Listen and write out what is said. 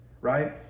right